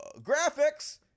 Graphics